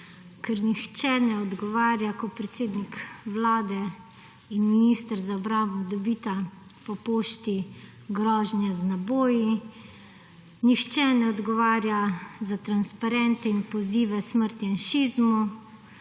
ker nihče ne odgovarja, ko predsednik Vlade in minister za obrambo dobita po pošte grožnje z naboji. Nihče ne odgovarja za transparente in pozive smrt Janšizmu,